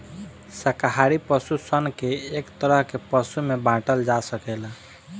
शाकाहारी पशु सन के एक तरह के पशु में बाँटल जा सकेला